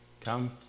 Come